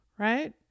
right